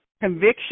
conviction